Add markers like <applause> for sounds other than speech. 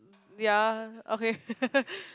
ya okay <laughs>